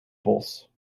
bos